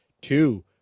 Two